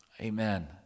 Amen